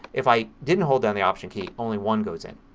if i didn't hold down the option key only one goes in.